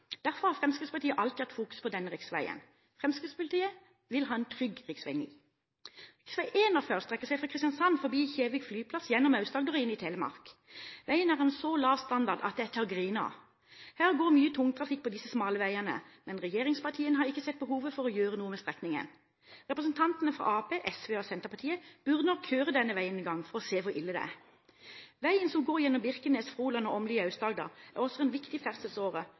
Derfor har Fremskrittspartiet alltid hatt fokus på denne riksveien. Fremskrittspartiet vil ha en trygg rv. Rv. 41 strekker seg fra Kristiansand, forbi Kjevik flyplass, gjennom Aust-Agder og inn i Telemark. Veien er av så lav standard at det er til å grine av. Det går mye tungtrafikk på disse smale veiene, men regjeringspartiene har ikke sett behovet for å gjøre noe med strekningen. Representantene fra Arbeiderpartiet, SV og Senterpartiet burde nok kjøre denne veien en gang for å se hvor ille det er. Veien, som går gjennom Birkenes, Froland og Åmli i Aust-Agder, er også en viktig ferdselsåre